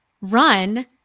run